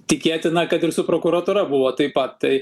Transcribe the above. tikėtina kad ir su prokuratūra buvo taip pat tai